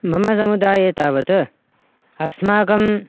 मम समुदाये तावत् अस्माकम्